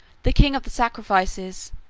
the king of the sacrifices,